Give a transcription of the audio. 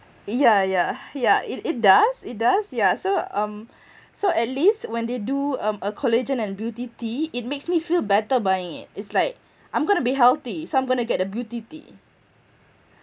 yeah yeah yeah it it does it does yeah so um so at least when they do um a collagen and beauty tea it makes me feel better buying it it's like I'm gonna be healthy so I'm gonna get the beauty tea